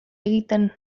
egiten